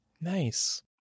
Nice